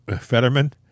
Fetterman